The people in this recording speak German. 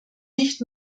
nicht